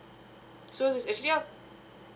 so it's actually up